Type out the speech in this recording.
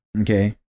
Okay